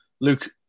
Luke